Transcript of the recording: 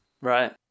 Right